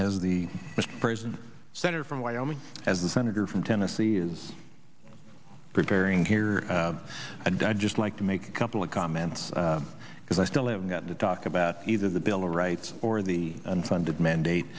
us as the person senator from wyoming as the senator from tennessee is preparing here and i'd just like to make a couple of comments because i still haven't got to talk about either the bill of rights or the unfunded mandate